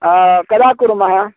कदा कुर्मः